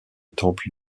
temple